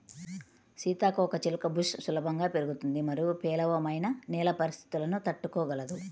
సీతాకోకచిలుక బుష్ సులభంగా పెరుగుతుంది మరియు పేలవమైన నేల పరిస్థితులను తట్టుకోగలదు